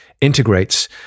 integrates